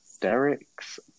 Derek's